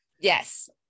Yes